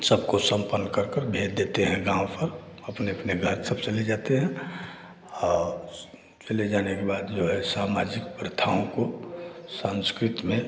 सबको सम्पन्न कर कर भेज देते हैं गाँव पर अपने अपने घर सब चले जाते हैं और चले जाने के बाद जो है सामाजिक प्रथाओं को सँस्कृति में